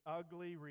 ugly